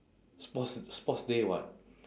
sports sports day [what]